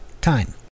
time